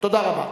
תודה רבה.